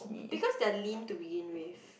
because they are lean to begin with